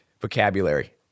vocabulary